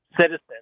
citizens